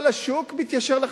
כל השוק מתיישר.